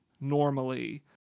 normally